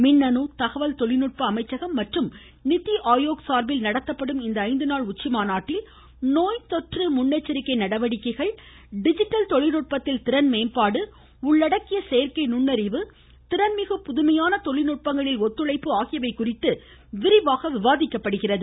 மின்னணு தகவல் தொழில்நுட்ப அமைச்சகம் மற்றும் நிதிஆயோக் சார்பில் நடத்தப்படும் இந்த ஐந்துநாள் உச்சிமாநாட்டில் நோய்தொற்று முன்னெச்சரிக்கை நடவடிக்கைகள் டிஜிட்டல் தொழில்நுட்பத்தில் திறன்மேம்பாடு உள்ளடக்கிய செயற்கை நுண்ணறிவு திறன்மிகு புதுமையான தொழில்நுட்பங்களில் ஒத்துழைப்பு குறித்து விரிவாக விவாதிக்கப்படுகிறது